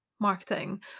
marketing